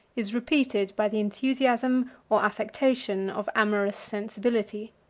is repeated by the enthusiasm, or affectation, of amorous sensibility.